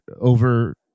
over